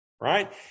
right